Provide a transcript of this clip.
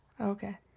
Okay